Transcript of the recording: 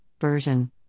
Version